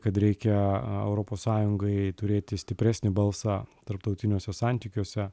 kad reikia europos sąjungai turėti stipresnį balsą tarptautiniuose santykiuose